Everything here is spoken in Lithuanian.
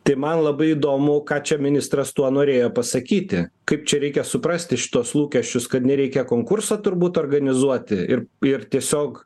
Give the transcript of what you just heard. tai man labai įdomu ką čia ministras tuo norėjo pasakyti kaip čia reikia suprasti šituos lūkesčius kad nereikia konkurso turbūt organizuoti ir ir tiesiog